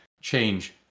change